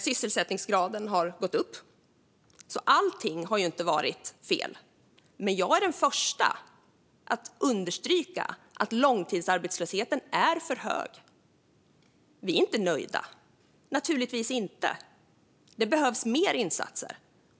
Sysselsättningsgraden har gått upp. Allt har alltså inte varit fel. Men jag är den första att understryka att långtidsarbetslösheten är för hög. Vi är inte nöjda, naturligtvis inte. Det behövs fler insatser.